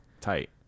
tight